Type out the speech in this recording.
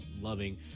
loving